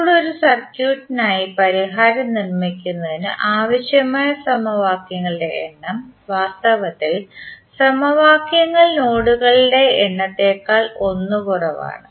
ഇപ്പോൾ ഒരു സർക്യൂട്ടിനായി പരിഹാരം നിർമ്മിക്കുന്നതിന് ആവശ്യമായ സമവാക്യങ്ങളുടെ എണ്ണം വാസ്തവത്തിൽ സമവാക്യങ്ങൾ നോഡുകളുടെ എണ്ണത്തേക്കാൾ 1 കുറവാണ്